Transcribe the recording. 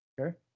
Okay